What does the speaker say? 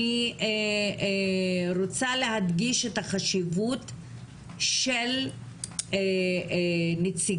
אני רוצה להדגיש את החשיבות של נציגות